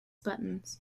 buttons